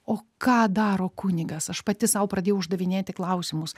o ką daro kunigas aš pati sau pradėjau uždavinėti klausimus